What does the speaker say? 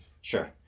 Sure